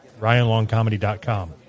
RyanLongComedy.com